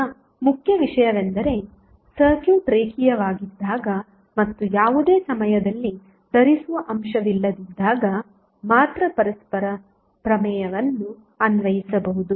ಈಗ ಮುಖ್ಯ ವಿಷಯವೆಂದರೆ ಸರ್ಕ್ಯೂಟ್ ರೇಖೀಯವಾಗಿದ್ದಾಗ ಮತ್ತು ಯಾವುದೇ ಸಮಯದಲ್ಲಿ ಧರಿಸುವ ಅಂಶವಿಲ್ಲದಿದ್ದಾಗ ಮಾತ್ರ ಪರಸ್ಪರ ಪ್ರಮೇಯವನ್ನು ಅನ್ವಯಿಸಬಹುದು